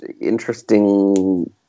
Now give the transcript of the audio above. interesting